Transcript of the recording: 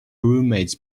roommate’s